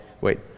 Wait